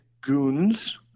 goons